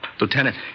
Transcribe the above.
Lieutenant